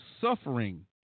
suffering